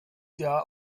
jahr